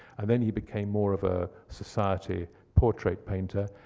and then he became more of a society portrait painter.